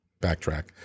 backtrack